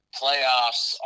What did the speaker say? playoffs